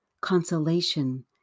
consolation